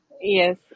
Yes